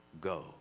go